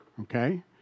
Okay